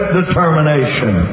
determination